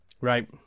Right